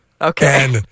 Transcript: Okay